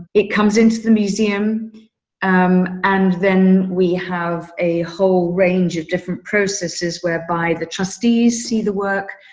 it comes into the museum um and then we have a whole range of different processes whereby the trustees see the work,